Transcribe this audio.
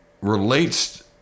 relates